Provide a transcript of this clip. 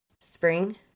spring